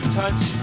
touch